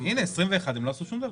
הינה, 21' הם לא עשו שום דבר.